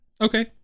okay